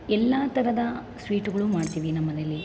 ಎಲ್ಲ ಥರದ ಸ್ವೀಟುಗಳು ಮಾಡ್ತೀವಿ ನಮ್ಮನೆಯಲ್ಲಿ